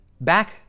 back